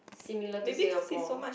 similar to Singapore